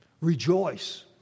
Rejoice